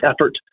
effort